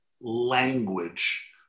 language